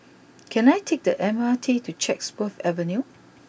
can I take the M R T to Chatsworth Avenue